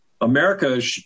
America